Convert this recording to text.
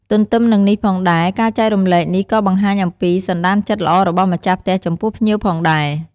ទន្ទឹមនឹងនេះផងដែរ ការចែករំលែកនេះក៏បង្ហាញអំពី សន្តានចិត្តល្អរបស់ម្ចាស់ផ្ទះចំពោះភ្ញៀវផងដែរ។